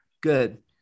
Good